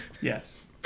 Yes